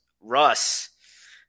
Russ